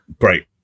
Great